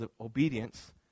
obedience